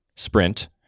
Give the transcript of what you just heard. Sprint